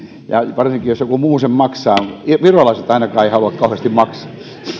varsinkin jos joku muu sen maksaa virolaiset ainakaan eivät halua kauheasti maksaa